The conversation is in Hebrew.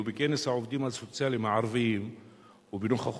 בכנס העובדים הסוציאליים הערבים ובנוכחותי,